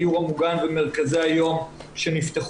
הדיור המוגן ומרכזי היום שנפתחו,